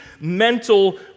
mental